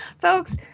Folks